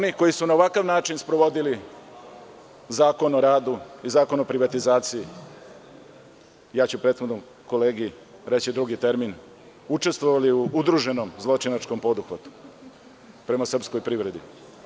Oni koji su na ovakav način sprovodili Zakon o radu i Zakon o privatizaciji, ja ću prethodnom kolegi reći drugi termin, učestvovali su u udruženom zločinačkom poduhvatu prema srpskoj privredi.